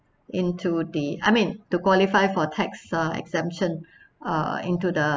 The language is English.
into the I mean to qualify for tax uh exemption uh into the